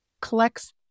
collects